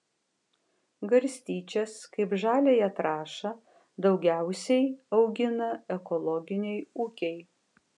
garstyčias kaip žaliąją trąšą daugiausiai augina ekologiniai ūkiai